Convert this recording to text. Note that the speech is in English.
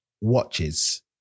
watches